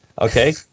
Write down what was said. Okay